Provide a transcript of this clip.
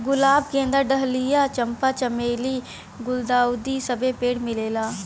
गुलाब गेंदा डहलिया चंपा चमेली गुल्दाउदी सबे पेड़ मिलेला